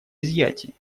изъятий